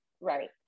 right